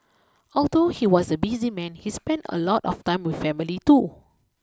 although he was a busy man he spent a lot of time with family too